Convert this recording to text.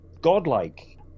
godlike